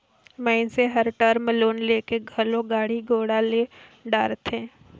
मइनसे हर term loan लेके घलो गाड़ी घोड़ा ले डारथे